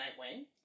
Nightwing